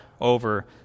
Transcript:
over